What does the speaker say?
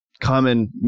common